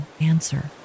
answer